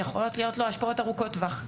יכולות להיות לו השפעות ארוכות טווח,